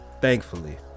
Thankfully